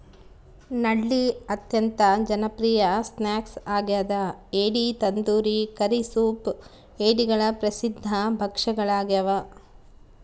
ನಳ್ಳಿ ಅತ್ಯಂತ ಜನಪ್ರಿಯ ಸ್ನ್ಯಾಕ್ ಆಗ್ಯದ ಏಡಿ ತಂದೂರಿ ಕರಿ ಸೂಪ್ ಏಡಿಗಳ ಪ್ರಸಿದ್ಧ ಭಕ್ಷ್ಯಗಳಾಗ್ಯವ